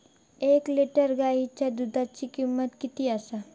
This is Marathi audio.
एक लिटर गायीच्या दुधाची किमंत किती आसा?